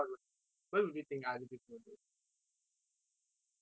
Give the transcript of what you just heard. actually நிறைய:niraya aspects இல்ல பார்க்கலாம் தெரியுமா:illa paarkkalaam theriyumaa